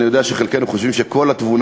אני יודע שחלקנו חושבים שכל התבונה